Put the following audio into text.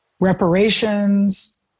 reparations